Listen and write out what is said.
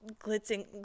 glitzing